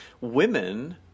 Women